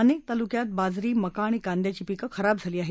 अनेक तालुक्यात बाजरी मका आणि कांद्याची पिकं खराब झाली आहेत